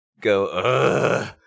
go